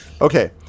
Okay